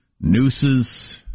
nooses